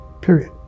Period